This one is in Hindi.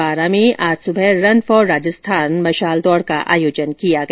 बारां में आज सुबह रन फॉर राजस्थान मशाल दौड़ का आयोजन किया गया